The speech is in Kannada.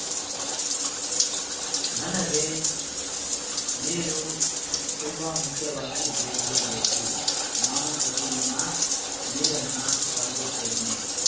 ನನಗೆ ನೀರು ತುಂಬ ಮುಖ್ಯವಾಗಿ ಬೇಕೇ ಬೇಕು ನಾನು ಪ್ರತಿದಿನ ನೀರನ್ನು ಬಳಸುತ್ತೇನೆ